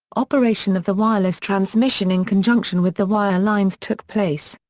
operation of the wireless transmission in conjunction with the wire lines took place.